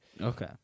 Okay